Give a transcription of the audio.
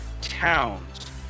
towns